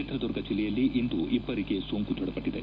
ಚಿತ್ರದುರ್ಗ ಜಿಲ್ಲೆಯಲ್ಲಿ ಇಂದು ಇಬ್ಬರಿಗೆ ಸೋಂಕು ದೃಢಪಟ್ಟಿದೆ